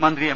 മന്ത്രി എം